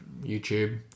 YouTube